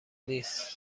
نیست